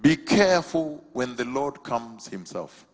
be careful when the lord comes himself